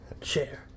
Chair